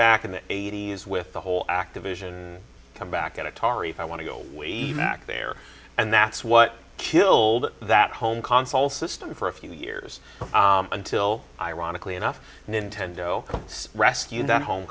back in the eighty's with the whole activision comeback at atari i want to go way back there and that's what killed that home console system for a few years until ironically enough nintendo rescued that home